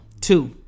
Two